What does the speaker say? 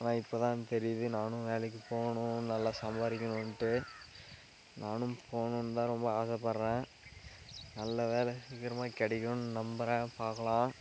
ஆனால் இப்போதான் தெரியுது நானும் வேலைக்கு போகணும் நல்லா சம்பாதிக்கணுன்ட்டு நானும் போகணுன்னுந்தான் ரொம்ப ஆசைப்பட்றேன் நல்ல வேலை சீக்கிரமாக கிடைக்கணுன்னு நம்புகிறேன் பார்க்கலாம்